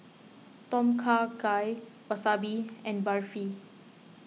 Tom Kha Gai Wasabi and Barfi